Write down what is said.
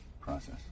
process